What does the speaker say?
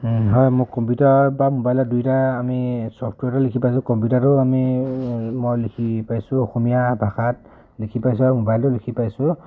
হয় মোক কম্পিউটাৰ বা মোবাইলত দুইটা আমি ছফ্টৱেৰটো লিখি পাইছোঁ কম্পিউটাৰটো আমি মই লিখি পাইছোঁ অসমীয়া ভাষাত লিখি পাইছোঁ আৰু মোবাইলটো লিখি পাইছোঁ